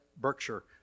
Berkshire